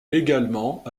également